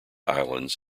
islands